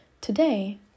Today